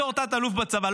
בתור תת-אלוף בצבא,